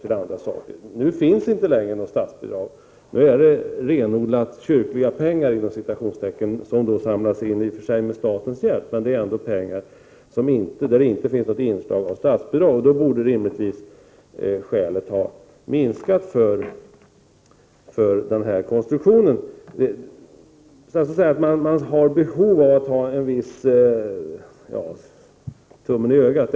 Nu får kyrkan inte något statsbidrag längre, utan det är fråga om renodlade ”kyrkliga pengar” som i och för sig samlas in med statens hjälp. Därför borde skälen för denna konstruktion ha blivit färre. Statsrådet säger att staten har behov av att så att säga ha tummen på ögat.